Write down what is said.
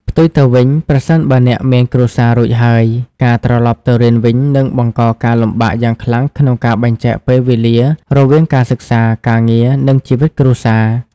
ផ្ទុយទៅវិញ ប្រសិនបើអ្នកមានគ្រួសាររួចហើយ ការត្រឡប់ទៅរៀនវិញនឹងបង្កការលំបាកយ៉ាងខ្លាំងក្នុងការបែងចែកពេលវេលា រវាងការសិក្សា ការងារ និងជីវិតគ្រួសារ។